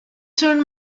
turn